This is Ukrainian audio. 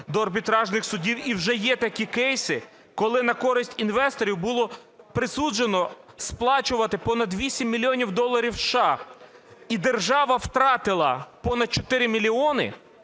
до арбітражних судів, і вже є такі кейси, коли на користь інвесторів було присуджено сплачувати понад 8 мільйонів доларів США, і держава втратила понад 4 мільйони